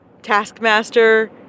Taskmaster